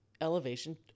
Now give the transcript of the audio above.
elevation